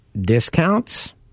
discounts